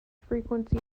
frequency